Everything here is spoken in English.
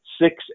six